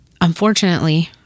unfortunately